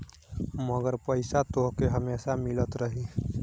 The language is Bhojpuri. मगर पईसा तोहके हमेसा मिलत रही